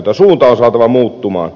suunta on saatava muuttumaan